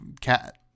cat